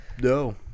No